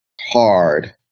hard